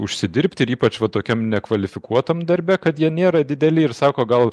užsidirbti ir ypač tokiam nekvalifikuotam darbe kad jie nėra dideli ir sako gal